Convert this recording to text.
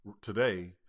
today